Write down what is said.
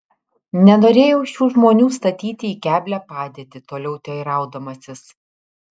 nenorėjau šių žmonių statyti į keblią padėtį toliau teiraudamasis